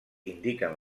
indiquen